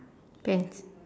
pants